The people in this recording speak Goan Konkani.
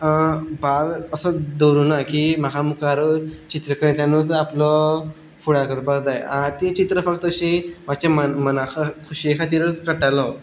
भार असो दवरूंक ना की म्हाका मुखार चित्रकलेंतल्यानूच आपलो फुडार करपाक जाय हांयें तीं चित्रां फक्त अशीं म्हज्या मनाक मनाक खोश्ये खातीर काडटालो